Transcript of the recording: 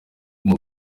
guma